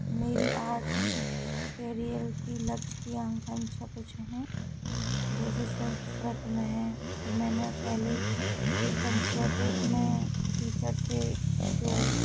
मेरी आठ केरियल की लक्ष्य की आकांक्षा कुछ हैं जैसे संस्कृत में है तो मैंने पहले संस्कृत में टीचर से जो